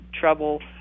trouble